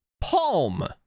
Palm